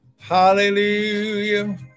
Hallelujah